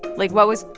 like, what was.